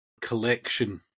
collection